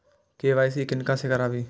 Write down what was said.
KYC किनका से कराबी?